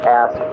ask